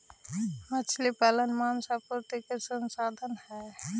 मछली पालन मांस आपूर्ति के साधन हई